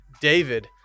David